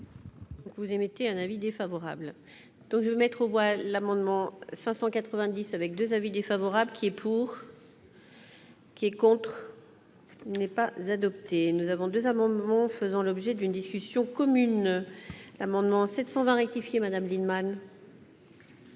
Vous émettez un avis défavorable, donc mettre aux voix l'amendement 590 avec 2 avis défavorables qui est pour. Qui est contre, n'est pas adopté, nous avons 2 amendements faisant l'objet d'une discussion commune : l'amendement 720 rectifié Madame Lienemann.